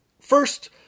first